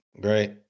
Great